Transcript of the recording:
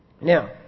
Now